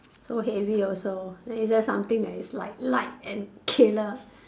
so heavy also is there something that is like light and killer